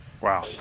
Wow